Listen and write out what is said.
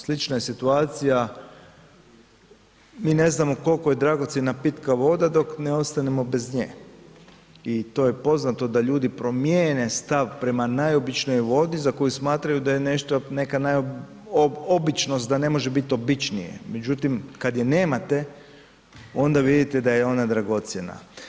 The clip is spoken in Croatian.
Slična je situacija, mi ne znamo koliko je dragocjena pitka voda dok ne ostanemo bez nje i to je poznato da ljudi promijene stav prema najobičnijoj vodi za koju smatraju da je nešto, neka običnost, da ne može biti običnije, međutim, kad je nemate onda vidite da je ona dragocjena.